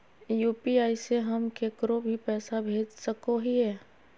UPI से हम केकरो भी पैसा भेज सको हियै?